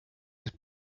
his